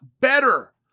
better